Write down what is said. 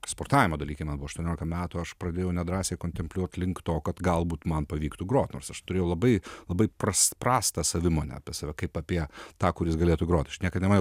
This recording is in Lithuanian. sportavimo dalykai man buvo aštuoniolika metų aš pradėjau nedrąsiai kontempliuot link to kad galbūt man pavyktų grot nors aš turiu labai labai prastą savimoną apie save kaip apie tą kuris galėtų grot aš niekad nemaniau